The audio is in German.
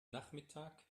nachmittag